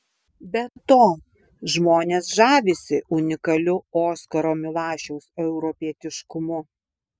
be to žmonės žavisi unikaliu oskaro milašiaus europietiškumu